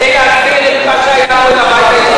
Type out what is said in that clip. אם אפשר לקבל דיווח קצר מהשרה ציפי לבני על מה שהיה בבית היהודי.